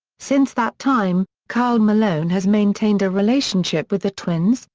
since that time, karl malone has maintained a relationship with the twins,